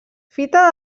fita